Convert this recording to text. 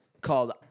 Called